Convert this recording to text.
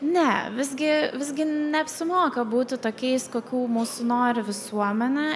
ne visgi visgi neapsimoka būti tokiais kokių mūsų nori visuomenė